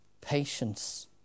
patience